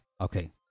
Okay